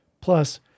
Plus